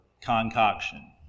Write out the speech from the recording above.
concoction